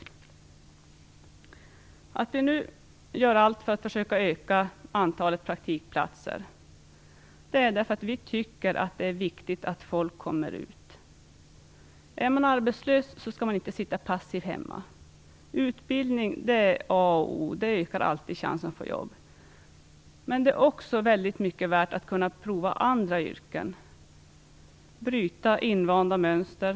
Anledningen till att vi nu gör allt för att öka antalet praktikplatser är att det är viktigt att folk kommer ut. Den som är arbetslös skall inte sitta passiv hemma. Utbildning är A och O och ökar alltid chanserna att få ett jobb. Men det är också mycket värt att kunna prova på andra yrken och bryta invanda mönster.